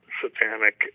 satanic